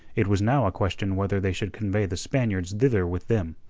it was now a question whether they should convey the spaniards thither with them,